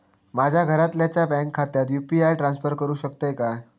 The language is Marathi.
माझ्या घरातल्याच्या बँक खात्यात यू.पी.आय ट्रान्स्फर करुक शकतय काय?